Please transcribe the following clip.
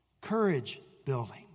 courage-building